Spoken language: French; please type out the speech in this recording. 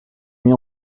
nuit